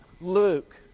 Luke